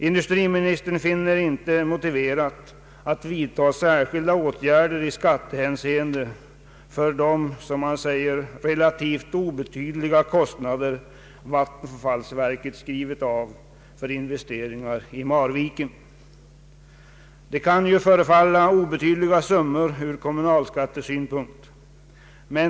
Industriministern finner det inte motiverat att vidta särskilda åtgärder i skattehänseende ”för de relativt obetydliga kostnader vattenfallsverket skrivit av för investeringarna i Marviken”. Det kan förefalla vara obetydliga summor från kommunalskattesynpunkt.